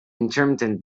intermittent